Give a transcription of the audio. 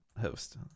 host